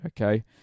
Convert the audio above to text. Okay